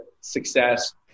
success